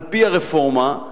על-פי הרפורמה,